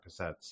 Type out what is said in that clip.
cassettes